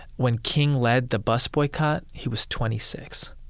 when king led the bus boycott, he was twenty six.